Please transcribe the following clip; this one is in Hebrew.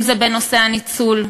אם בנושא הניצול,